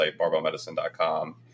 barbellmedicine.com